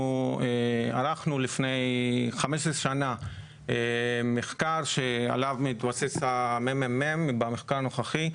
אנחנו ערכנו לפני 15 שנה מחקר שעליו מתבסס ה-ממ"מ במחקר הנוכחי.